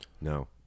No